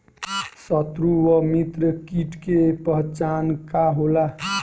सत्रु व मित्र कीट के पहचान का होला?